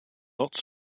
lots